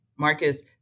Marcus